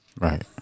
right